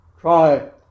Try